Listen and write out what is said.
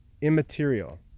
immaterial